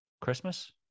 Christmas